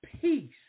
Peace